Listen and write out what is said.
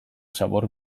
zabor